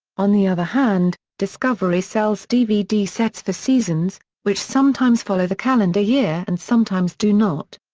on the other hand, discovery sells dvd sets for seasons, which sometimes follow the calendar year and sometimes do not.